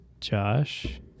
Josh